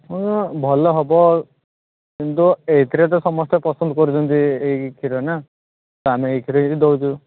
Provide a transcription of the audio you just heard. ହଁ ଭଲ ହେବ କିନ୍ତୁ ଏକେରେ ତ ସମସ୍ତେ ପସନ୍ଦ କରୁଛନ୍ତି ଏହି କ୍ଷୀର ନା ତ ଆମେ ଏଇ କ୍ଷୀର ହିଁ ଦେଉଛୁ